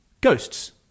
ghosts